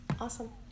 Awesome